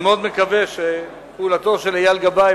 אני מאוד מקווה שפעולתו של אייל גבאי,